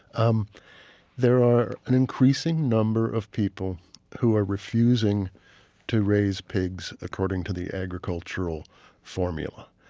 um there are an increasing number of people who are refusing to raise pigs according to the agricultural formula.